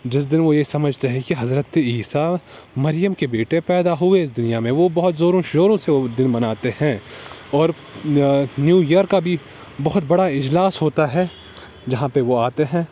جس دن وہ یہ سمجھتے ہیں کہ حضرت عیسیٰ مریم کے بیٹے پیدا ہوئے اس دنیا میں وہ بہت زورو شوروں سے اس دن مناتے ہیں اور نیو ایئر کا بھی بہت بڑا اجلاس ہوتا ہے جہاں پہ وہ آتے ہیں